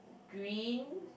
green